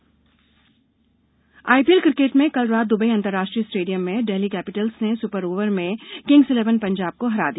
IPL IPL cricket में कल रात दुबई अंतर्राष्ट्रीय स्टेंडियम में डेल्ही कैपिटल्स ने सुपर ओवर में किंग्स इलेवन पंजाब को हरा दिया